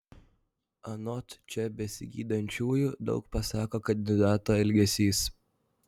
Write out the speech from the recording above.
anot čia besigydančiųjų daug pasako kandidato elgesys